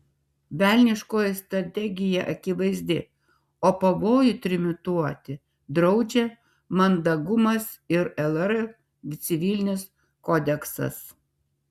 velniškoji strategija akivaizdi o pavojų trimituoti draudžia mandagumas ir lr civilinis kodeksas